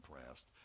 impressed